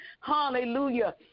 hallelujah